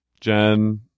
Jen